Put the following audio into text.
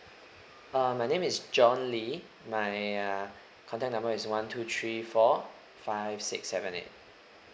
uh my name is john lee my uh contact number is one two three four five six seven eight